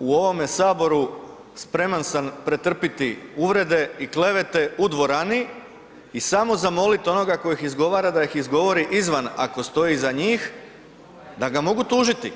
u ovome Saboru spreman sam pretrpjeti uvrede i klevete u dvorani i samo zamoliti onoga tko iz izgovara da iz izgovori izvan ako stoji iza njih, da ga mogu tužiti.